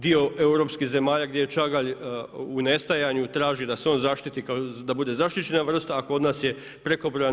Dio europskih zemalja gdje je čagalj u nestajanju traži da se on zaštiti, da bude zaštićena vrsta, a kod nas je prekobrojan.